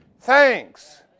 Thanks